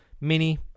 mini